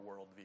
worldview